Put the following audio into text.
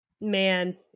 man